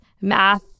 math